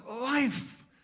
life